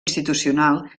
institucional